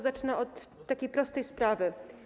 Zacznę od takiej prostej sprawy.